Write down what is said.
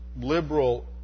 liberal